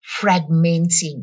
fragmenting